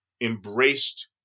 embraced